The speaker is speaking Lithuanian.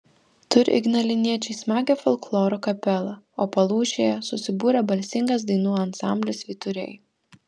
turi ignaliniečiai smagią folkloro kapelą o palūšėje susibūrė balsingas dainų ansamblis vyturiai